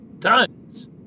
tons